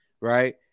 right